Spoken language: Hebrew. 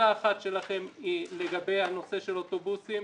השאלה האחת שלכם היא לגבי הנושא של האוטובוסים,